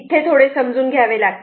इथे थोडे समजून घ्यावे लागते